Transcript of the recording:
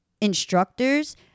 instructors